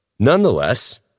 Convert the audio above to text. Nonetheless